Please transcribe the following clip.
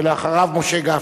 ולאחריו, משה גפני.